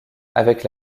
avec